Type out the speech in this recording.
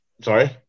Sorry